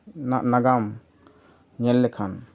ᱱᱟᱜ ᱱᱟᱜᱟᱢ ᱧᱮᱞ ᱞᱮᱠᱷᱟᱱ